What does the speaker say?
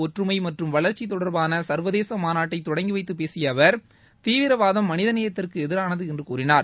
ஒற்றுமை மற்றும் வளர்ச்சி தொடர்பான சர்வதேச மாநாட்டை தொடங்கி வைத்து பேசிய அவர் தீவிரவாதம் மனிதநேயத்திற்கு எதிரானது என்று கூறினார்